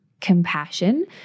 compassion